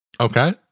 Okay